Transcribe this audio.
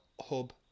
Hub